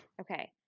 okay